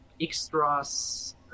extras